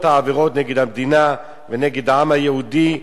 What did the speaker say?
העבירות שבוצעו נגד המדינה ונגד העם היהודי,